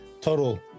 total